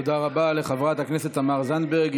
תודה רבה לחברת הכנסת תמר זנדברג.